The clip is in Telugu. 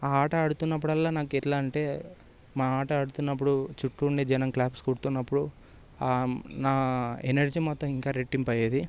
ఆ ఆట ఆడుతున్నప్పుడల్లా నాకు ఎట్లా అంటే మా ఆట ఆడుతున్నపుడు చుట్టూ ఉండే జనం క్లాప్స్ కొడుతున్నప్పుడు నా ఎనర్జీ మొత్తం ఇంకా రెట్టింపు అయ్యేది